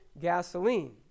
gasoline